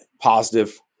positive